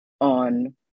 on